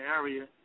area